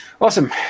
Awesome